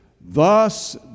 thus